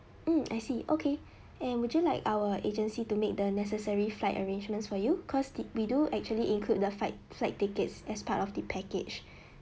mm I see okay and would you like our agency to make the necessary flight arrangements for you cause we do actually include the fight flight tickets as part of the package